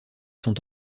sont